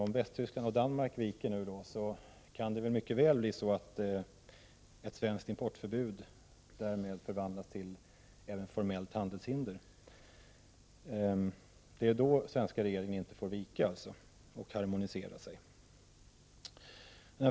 Om Västtyskland och Danmark nu viker, kan det mycket väl bli så att ett svenskt importförbud förvandlas till ett formellt handelshinder. Det är alltså då som den svenska regeringen inte får vika och harmonisera.